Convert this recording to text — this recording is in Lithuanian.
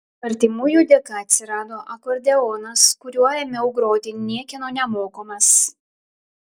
artimųjų dėka atsirado akordeonas kuriuo ėmiau groti niekieno nemokomas